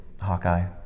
Hawkeye